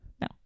No